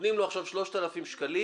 נותנים לו עכשיו 3,000 שקלים,